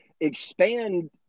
expand